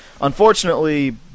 Unfortunately